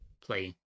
play